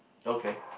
okay